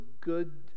good